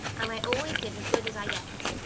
and i always give as good as i get.